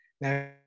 Now